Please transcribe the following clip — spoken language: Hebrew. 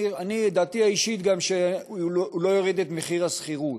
דעתי האישית היא שהוא גם לא יוריד את מחיר השכירות.